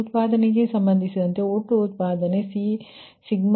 ಉತ್ಪಾದನೆಗೆ ಸಂಬಂಧಿಸಿದಂತೆ ಒಟ್ಟು ಉತ್ಪಾದನೆ i1mPgiPLi1nPLi